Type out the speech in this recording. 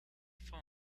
phone